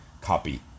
copy